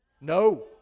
No